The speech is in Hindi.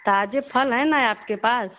ताजे फल है ना आपके पास